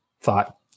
thought